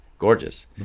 gorgeous